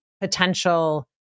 potential